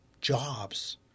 jobs